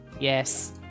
Yes